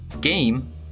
game